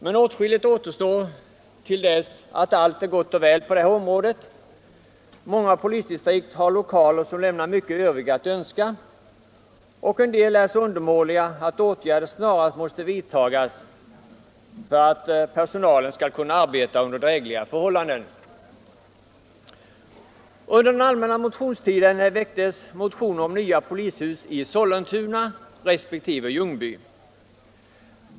Men åtskilligt återstår tills att allt är gott och väl på det här området. Många polisdistrikt har lokaler som lämnar mycket övrigt att önska, och en del är så undermåliga att åtgärder snarast måste vidtagas för att personalen skall kunna arbeta under drägliga förhållanden. Under den allmänna motionstiden väcktes motioner om nya polishus i Sollentuna resp. Ljungby.